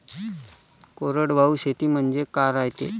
कोरडवाहू शेती म्हनजे का रायते?